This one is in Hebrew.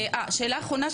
השאלה האחרונה,